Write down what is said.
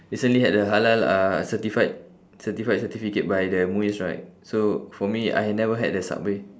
recently had a halal uh certified certified certificate by the MUIS right so for me I never had the subway